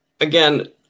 Again